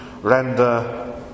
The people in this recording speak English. Render